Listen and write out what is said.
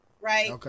right